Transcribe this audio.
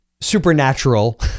supernatural